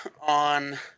on